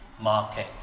market